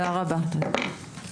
הישיבה ננעלה בשעה 10:07.